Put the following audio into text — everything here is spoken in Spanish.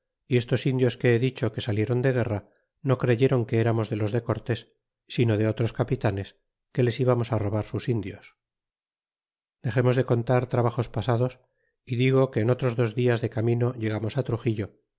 y estos indios que he dicho que saliéron de guerra no creyéron que eramos de los de cortés sino de otros capitanes que les íbamos robar sus indios dexemos de contar trabajos pasados y digo que en otros dos dias de camino llegamos á truxillo